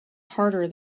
harder